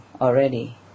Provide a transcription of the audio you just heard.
already